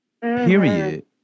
Period